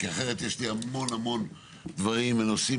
כי אחרת, יש לי המון המון דברים ונושאים